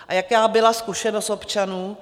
A jaká byla zkušenost občanů?